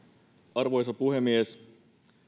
arvoisa puhemies